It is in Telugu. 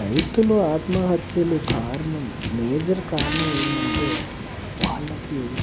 రైతులు ఆత్మహత్యలకు కారణం మేజర్ కారణం ఏంటంటే వాళ్ళకి